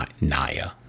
Naya